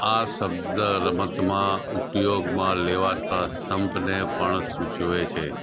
આ શબ્દ રમતમાં ઉપયોગમાં લેવાતા સ્તંભને પણ સૂચવે છે